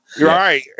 Right